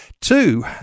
Two